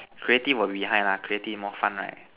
creative will be behind lah creative more fun right